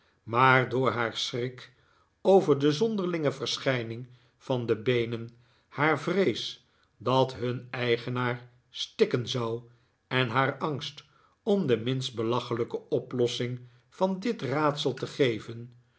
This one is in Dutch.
maar door haar schrik over de zonderlinge verschijning van de beenen haar vrees dat nun eigenaar stikken zou en haar angst om de minst belachelijke oplossing van dit raadsel te geven